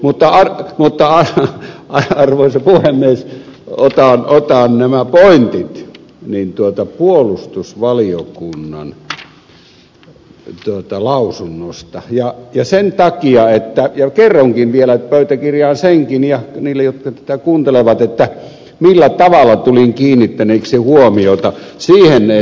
mutta arvoisa puhemies otan nämä pointit puolustusvaliokunnan lausunnosta ja kerronkin vielä senkin pöytäkirjaan ja niille jotka tätä kuuntelevat millä tavalla tulin kiinnittäneeksi huomiota siihen